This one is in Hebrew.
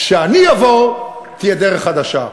כשאני אבוא, תהיה דרך חדשה.